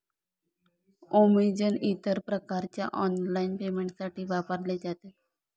Amazon इतर प्रकारच्या online पेमेंटसाठी वापरले जाते